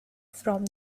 from